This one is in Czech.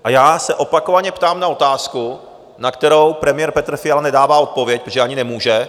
A já se opakovaně ptám na otázku, na kterou premiér Petr Fiala nedává odpověď, protože ani nemůže: